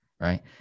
Right